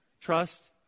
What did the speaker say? trust